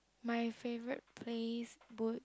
my favourite place would